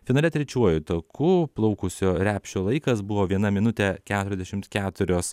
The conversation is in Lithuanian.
finale trečiuoju taku plaukusio repšio laikas buvo viena minutė keturiasdešim keturios